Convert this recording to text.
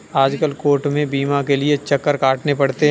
आजकल कोर्ट में बीमा के लिये चक्कर काटने पड़ते हैं